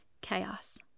chaos